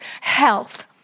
health